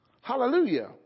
Hallelujah